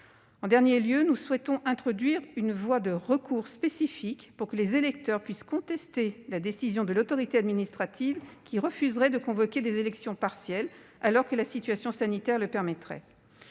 En dernier lieu, nous souhaitons introduire une voie de recours spécifique pour que les électeurs puissent contester le refus par une autorité administrative de convoquer des élections partielles, alors que la situation sanitaire le permettrait.